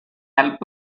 not